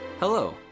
Hello